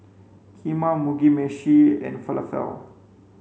Kheema Mugi meshi and Falafel